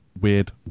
weird